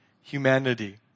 humanity